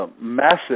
Massive